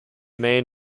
main